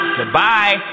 Goodbye